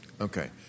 Okay